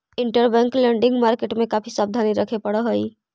interbank lending market में काफी सावधानी रखे पड़ऽ हई